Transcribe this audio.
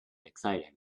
exciting